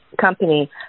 company